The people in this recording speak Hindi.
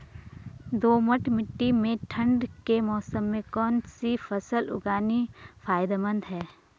दोमट्ट मिट्टी में ठंड के मौसम में कौन सी फसल उगानी फायदेमंद है?